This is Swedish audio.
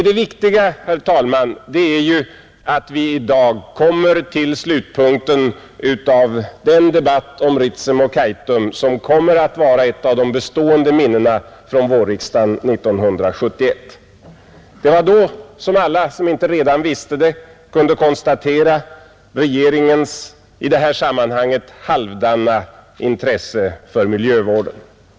Det viktiga, herr talman, är att vi i dag kommer till slutpunkten av den debatt om Ritsem och Kaitum som blir ett av de bestående minnena från vårriksdagen 1971. Det var då som alla som inte redan visste det kunde konstatera regeringens i det här sammanhanget halvdana intresse för miljövården.